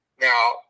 Now